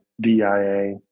DIA